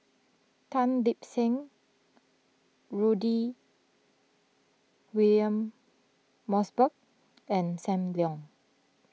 Tan Lip Seng Rudy William Mosbergen and Sam Leong